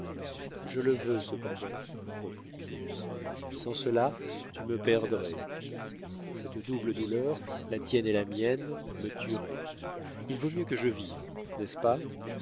je le veux cependant reprit-il sans cela tu me perdrais cette double douleur la tienne et la mienne me tuerait il vaut mieux que je vive n'est-ce pas